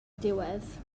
diwedd